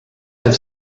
have